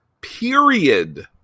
period